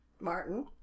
Martin